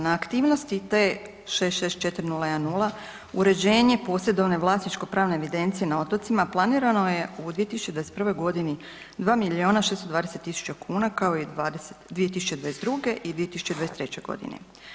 Na aktivnosti T 664010 uređenje posjedovanje vlasničko pravne evidencije na otocima planirano je u 2021. godini 2 milijuna 620 tisuća kuna kao i 2022. i 2023. godine.